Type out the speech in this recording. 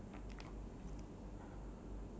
ya mine there's the text